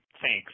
Thanks